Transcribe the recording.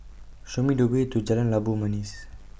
Show Me The Way to Jalan Labu Manis